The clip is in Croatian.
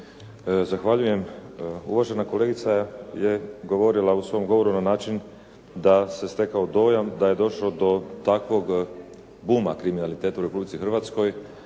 Zahvaljujem. Uvažena kolegica je govorila u svom govoru na način da se stekao dojam da je došlo do takvog buma kriminaliteta u Republici Hrvatskoj